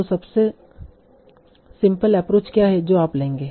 तो सबसे simple approach क्या है जो आप लेंगे